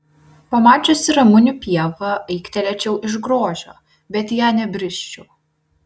pamačiusi ramunių pievą aiktelėčiau iš grožio bet į ją nebrisčiau